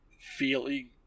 feeling